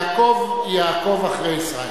יעקב אחרי חיים.